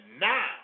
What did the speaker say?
now